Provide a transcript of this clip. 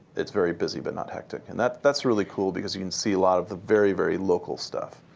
it's very busy, but not hectic. and that's that's really cool because you can see a lot of the very, very local stuff.